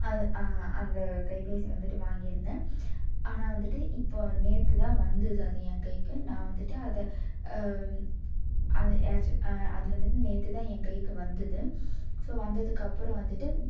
அது அந்த கைப்பேசி வந்துட்டு வாங்கிருந்தேன் ஆனால் வந்துட்டு இப்போ நேற்று தான் வந்துது அது என் கைக்கு நான் வந்துட்டு அதை அது ஏக்சு அது வந்துட்டு நேற்று தான் என் கைக்கு வந்துது ஸோ வந்ததுக்கப்புறம் வந்துட்டு